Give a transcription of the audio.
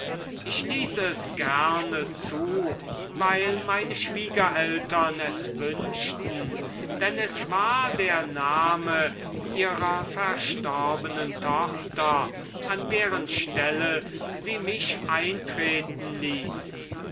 ich ließ es gerne zu weil meine schwiegereltern es wünschten denn es war der name ihrer verstorbenen tochter an deren stelle sie mich eintreten ließen